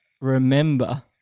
Remember